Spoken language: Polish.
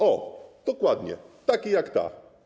O, dokładnie takie jak ta.